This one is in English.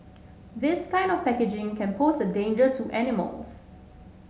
this kind of packaging can pose a danger to animals